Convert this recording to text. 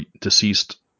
deceased